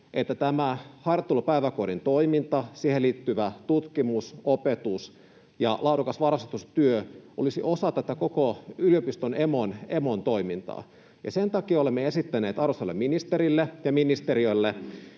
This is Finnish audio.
että tämä harjoittelupäiväkodin toiminta, siihen liittyvä tutkimus, opetus ja laadukas varhaiskasvatustyö olisi osa tätä koko yliopiston, emon, toimintaa. Sen takia olemme esittäneet arvoisalle ministerille ja ministeriölle,